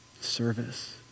service